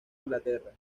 inglaterra